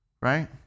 right